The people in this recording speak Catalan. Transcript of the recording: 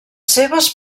seves